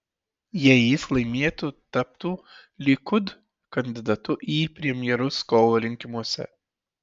jei jis laimėtų taptų likud kandidatu į premjerus kovo rinkimuose